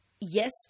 yes